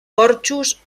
porxos